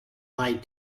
lied